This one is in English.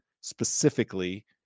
specifically